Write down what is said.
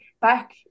back